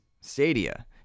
stadia